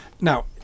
Now